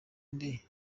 nde